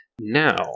Now